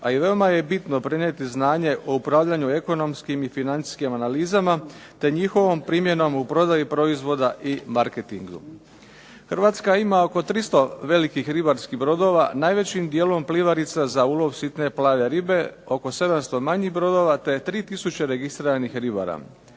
a i veoma je bitno prenijeti znanje o upravljanju ekonomskim i financijskim analizama te njihovom primjenom u prodaji proizvoda i marketingu. Hrvatska ima oko 300 velikih ribarskih brodova, najvećim dijelom plivarica za ulov sitne plave ribe, oko 700 manjih brodova te 3 tisuće registriranih ribara.